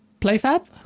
PlayFab